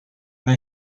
they